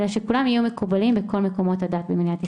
אלא שכולם יהיו מקובלים בכל מקומות הדת במדינת ישראל.